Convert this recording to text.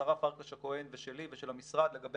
השרה פרקש-הכהן ושלי ושל המשרד לגבי